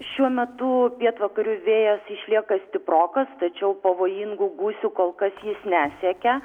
šiuo metu pietvakarių vėjas išlieka stiprokas tačiau pavojingų gūsių kol kas jis nesiekia